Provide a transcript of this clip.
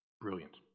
Brilliant